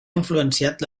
influenciat